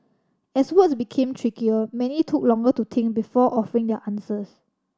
as words became trickier many took longer to think before offering their answers